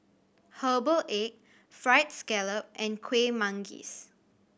herbal egg Fried Scallop and Kueh Manggis